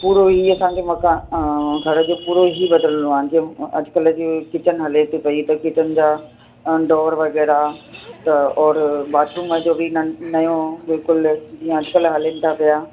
पूरो इअं समुझ मकानु घर जो पूरो ही बदिलणो आहे जीअं अॼुकल्ह जे किचन हले थी पेई त किचन जा डोर वग़ैरह त और बाथरूम जो बि न नओं बिल्कुलु जीअं अॼुकल्ह हलेनि था पिया